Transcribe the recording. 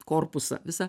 korpusą visą